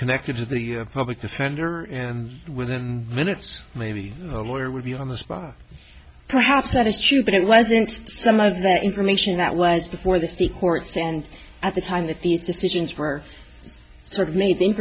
connected to the public defender and within minutes maybe a lawyer would be on the spot perhaps that is true but it wasn't some of that information that was before the speak or it stand at the time that these decisions were made th